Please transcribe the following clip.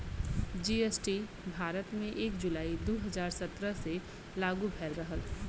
GST Bharat में एक जुलाई दू हजार सत्रह से लागू भयल रहल